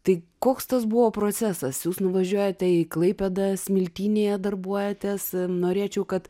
tai koks tas buvo procesas jūs nuvažiuojate į klaipėdą smiltynėje darbuojatės norėčiau kad